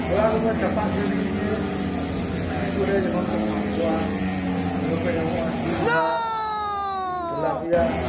ᱠᱚᱲᱟ ᱠᱚᱫᱚ ᱪᱟᱯᱟᱫ ᱡᱷᱟᱞᱤ ᱱᱤᱭᱮ ᱯᱩᱠᱷᱨᱤ ᱠᱚᱨᱮ ᱡᱚᱠᱷᱚᱱ ᱠᱚ ᱥᱟᱵ ᱠᱚᱣᱟ ᱚᱸᱰᱮ ᱠᱚ ᱧᱟᱢᱚᱜᱼᱟ ᱥᱤᱞᱵᱷᱟᱨ ᱛᱮᱞᱟᱯᱤᱭᱟ